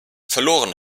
verloren